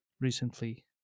recently